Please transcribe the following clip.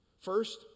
First